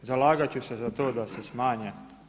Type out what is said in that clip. Zalagat ću se za to da se smanje.